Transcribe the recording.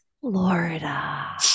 Florida